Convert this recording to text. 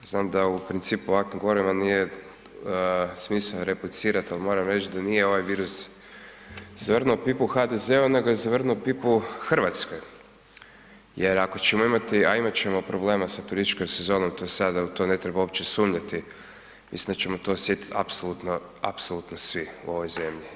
Znam da u principu ovakvim govorima nije smisao replicirati, ali moram reći da nije ovaj virus zavrnuo pipu HDZ-a nego je zavrnuo pipu Hrvatske jer ako ćemo imati, a imat ćemo problema sa turističkom sezonom u to sada uopće ne treba sumnjati, mislim da ćemo to osjetiti apsolutno svi u ovoj zemlji.